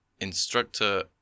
instructor –